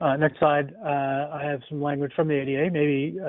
ah next slide, i have some language from the ada, maybe,